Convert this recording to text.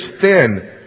thin